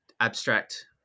abstract